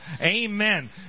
Amen